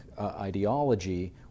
ideology